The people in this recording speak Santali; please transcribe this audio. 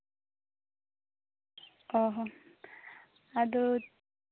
ᱚᱸᱻ ᱦᱚᱸ ᱟᱫᱚ